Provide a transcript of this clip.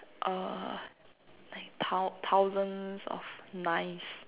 err like thou~ thousands of knives